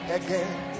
again